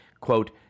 quote